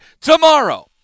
tomorrow